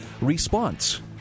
response